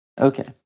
Okay